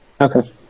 Okay